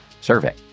survey